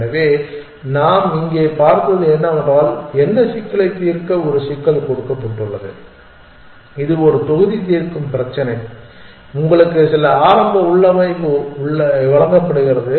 எனவே நாம் இங்கே பார்த்தது என்னவென்றால் என்ன சிக்கலைத் தீர்க்க ஒரு சிக்கல் கொடுக்கப்பட்டுள்ளது இது ஒரு தொகுதி தீர்க்கும் பிரச்சினை உங்களுக்கு சில ஆரம்ப உள்ளமைவு வழங்கப்படுகிறது